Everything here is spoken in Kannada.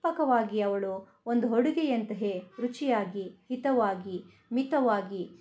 ರ್ಪಕವಾಗಿ ಅವಳು ಒಂದು ಅಡುಗೆಯಂತಹ ರುಚಿಯಾಗಿ ಹಿತವಾಗಿ ಮಿತವಾಗಿ